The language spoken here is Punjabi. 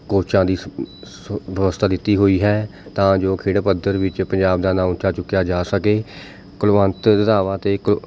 ਕੌਚਾਂ ਦੀ ਵਿਵਸਥਾ ਦਿੱਤੀ ਹੋਈ ਹੈ ਤਾਂ ਜੋ ਖੇਡ ਪੱਧਰ ਵਿੱਚ ਪੰਜਾਬ ਦਾ ਨਾਮ ਉੱਚਾ ਚੁੱਕਿਆ ਜਾ ਸਕੇ ਕੁਲਵੰਤ ਰੰਧਾਵਾ ਅਤੇ ਇੱਕ